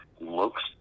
looks